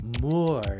More